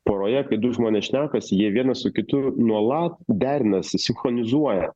poroje kai du žmonės šnekasi jie vienas su kitu nuolat derinasi sinchronizuoja